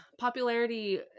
popularity